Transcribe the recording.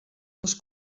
les